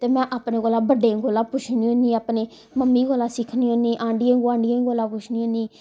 ते मैं अपने बड्डें कोलां पुच्छनी होन्नी आं अपने मम्मी कोला सिक्खनी हुन्नी आंढियें गुआँढियें कोला पुच्छनी होन्नी